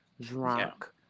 drunk